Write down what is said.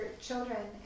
children